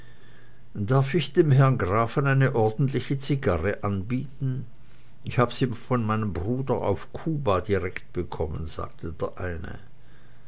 darf ich dem herren grafen eine ordentliche zigarre anbieten ich habe sie von meinem bruder auf kuba direkt bekommen sagte der eine